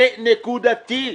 זה נקודתי.